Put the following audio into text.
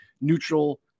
neutral